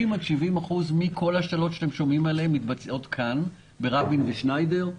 60% 70% מכל ההשתלות שאתם שומעים עליהן מתבצעות ברבין ובשניידר,